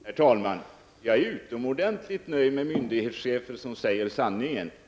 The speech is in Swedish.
Herr talman! Jag är utomordentligt nöjd med myndighetschefer som säger sanningen.